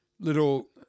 little